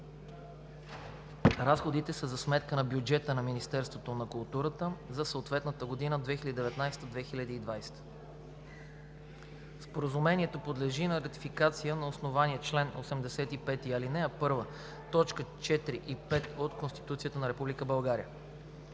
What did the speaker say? Разходите са за сметка на бюджета на Министерството на културата за съответната година (2019 – 2020 г.). Споразумението подлежи на ратификация на основание чл. 85, ал. 1, т. 4 и 5 от Конституцията на